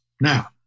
Now